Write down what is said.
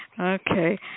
Okay